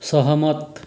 सहमत